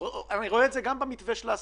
- אני רואה את זה גם במתווה של העסקים,